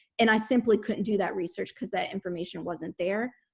and i simply couldn't do that research because that information wasn't there.